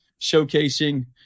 showcasing